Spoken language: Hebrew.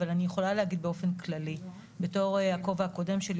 אבל אומר באופן כללי בתור הכובע הקודם שלי